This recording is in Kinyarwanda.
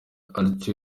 atyo